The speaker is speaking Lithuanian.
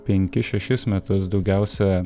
penkis šešis metus daugiausia